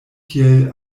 tiel